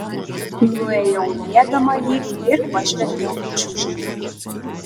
nuėjau į miegamąjį ir pažvelgiau į čiužinį